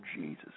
Jesus